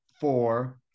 four